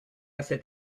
cet